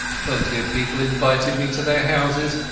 plenty of people invited me to their houses,